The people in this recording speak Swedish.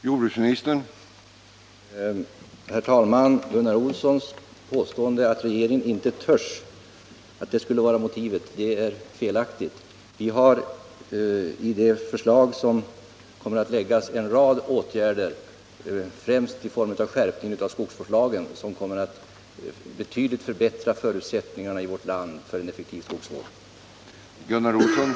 Herr talman! Gunnar Olssons påstående att regeringen inte törs ange motiven är felaktigt. I det förslag som kommer att läggas fram upptas en rad åtgärder, främst en skärpning av skogsvårdslagen, som betydligt kommer att förbättra förutsättningarna för en effektiv skogsvård här i landet.